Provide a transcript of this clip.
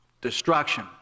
Destruction